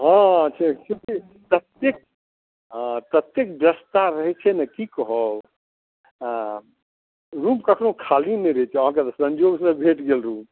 हँ छैहे की ततेक व्यस्तता रहै छै ने की कहब हँ रूम कखनो खाली नहि रहै छै अहाँकेँ तऽ सन्योगसँ भेट गेल रुम